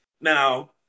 Now